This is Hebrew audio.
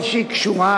קריית-מלאכי.